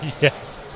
Yes